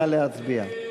נא להצביע.